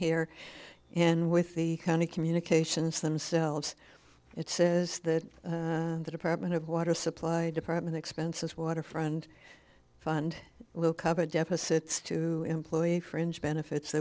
here and with the kind of communications themselves it says that the department of water supply department expenses waterfront fund will cover deficits to employee fringe benefits